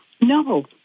No